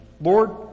Lord